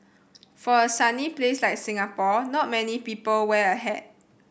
for a sunny place like Singapore not many people wear a hat